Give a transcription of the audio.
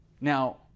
Now